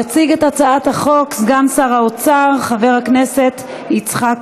יציג את הצעת החוק סגן שר האוצר חבר הכנסת יצחק כהן.